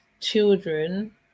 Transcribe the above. children